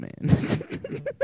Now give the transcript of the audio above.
man